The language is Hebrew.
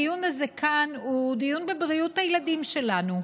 הדיון הזה כאן הוא דיון בבריאות הילדים שלנו.